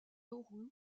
nauru